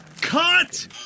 Cut